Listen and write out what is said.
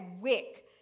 wick